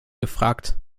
gefragt